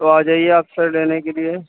تو آ جائیے آپ سر لینے کے لیے